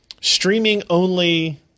streaming-only